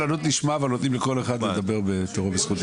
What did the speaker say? אבל נותנים לכל אחד לדבר בתורו בזכות הדיבור.